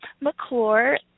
McClure